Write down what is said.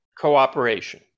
cooperation